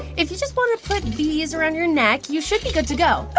if you just want to put these around your neck, you should be good to go oh,